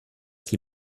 die